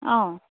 অঁ